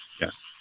Yes